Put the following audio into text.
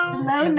Hello